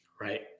Right